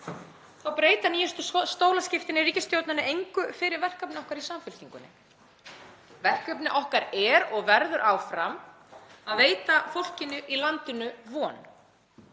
sér breyta nýjustu stólaskiptin í ríkisstjórninni engu fyrir verkefni okkar í Samfylkingunni. Verkefni okkar er og verður áfram að veita fólkinu í landinu von,